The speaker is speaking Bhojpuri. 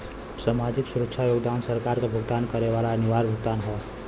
सामाजिक सुरक्षा योगदान सरकार क भुगतान करे वाला अनिवार्य भुगतान हौ